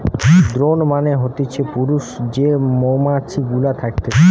drone মানে হতিছে পুরুষ যে মৌমাছি গুলা থকতিছে